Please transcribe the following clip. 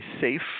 safe